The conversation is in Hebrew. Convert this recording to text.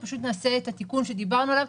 פשוט נעשה את התיקון שדיברנו עליו.